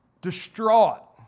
distraught